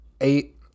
eight